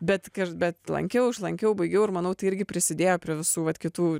bet kai aš bet lankiau išlankiau baigiau ir manau tai irgi prisidėjo prie visų vat kitų